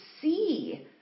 see